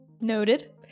Noted